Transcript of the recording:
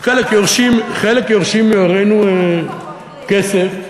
חלק יורשים מהורינו כסף,